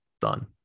done